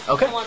Okay